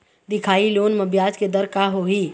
दिखाही लोन म ब्याज के दर का होही?